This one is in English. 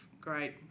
great